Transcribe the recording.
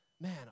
Man